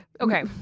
Okay